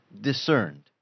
discerned